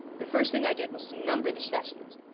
the first thing i did was to number the specimens,